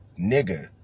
nigga